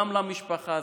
גם למשפחה,